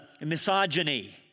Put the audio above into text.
misogyny